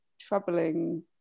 troubling